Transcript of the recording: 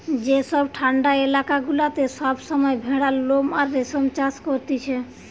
যেসব ঠান্ডা এলাকা গুলাতে সব সময় ভেড়ার লোম আর রেশম চাষ করতিছে